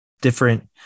different